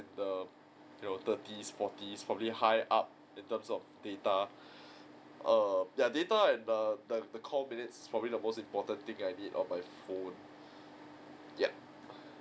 the you know thirties forties probably high up in terms of data err ya data and the the call minutes probably the most important thing I need on my phone yup